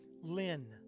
Lynn